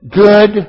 good